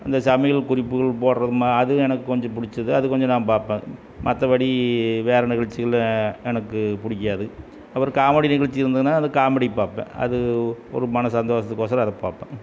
அந்த சமையல் குறிப்புக்கள் போடுறதுமா அது எனக்கு கொஞ்சம் பிடிச்சது அது கொஞ்சம் நான் பார்ப்பேன் மற்றபடி வேறு நிகழ்ச்சிகள் எனக்கு பிடிக்காது அப்புறம் காமெடி நிகழ்ச்சி இருந்ததுனால் அந்த காமெடி பார்ப்பேன் அது ஒரு மன சந்தோசத்துக்கோசரம் அதை பார்ப்பேன்